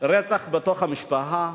רצח בתוך המשפחה,